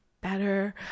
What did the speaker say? better